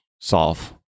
solve